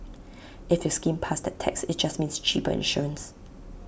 if you skimmed past that text IT just means cheaper insurance